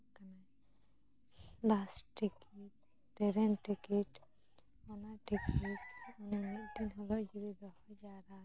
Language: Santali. ᱵᱟᱥ ᱴᱤᱠᱤᱴ ᱴᱨᱮᱹᱱ ᱴᱤᱠᱤᱴ ᱚᱱᱟ ᱴᱤᱠᱤᱴ ᱢᱤᱫᱴᱮᱱ ᱠᱟᱛᱮ ᱫᱚᱦᱚ ᱡᱟᱣᱨᱟ ᱫᱟᱲᱮᱭᱟᱜᱼᱟ